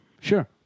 Sure